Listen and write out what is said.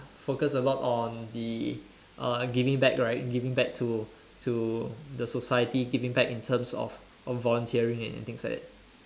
focus a lot on the uh giving back right giving back to to the society giving back in terms of volunteering and things like that